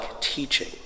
teaching